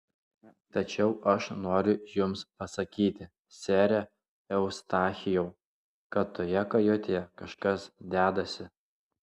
tačiau aš noriu jums pasakyti sere eustachijau kad toje kajutėje kažkas dedasi